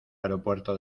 aeropuerto